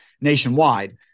nationwide